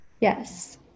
yes